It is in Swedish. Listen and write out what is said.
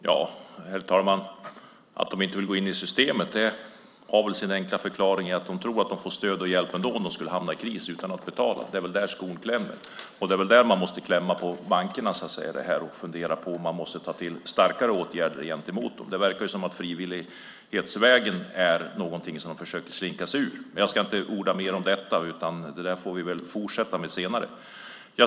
Herr talman! Att bankerna inte vill gå in i det systemet har väl sin enkla förklaring i att de får stöd och hjälp ändå om de skulle hamna i kris, utan att betala. Det är väl där skon klämmer. Det är där man så att säga måste klämma åt bankerna och fundera på om man måste vidta starkare åtgärder mot dem. Det verkar som att frivillighetsvägen är någonting som de försöker slinka sig ur. Jag ska inte orda mer om detta, det får vi fortsätta med senare.